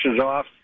off